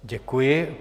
Děkuji.